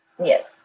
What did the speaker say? yes